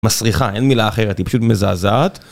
מסריחה, אין מילה אחרת היא פשוט מזעזעת